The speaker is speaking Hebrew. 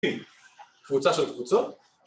קבוצה של קבוצות